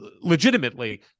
legitimately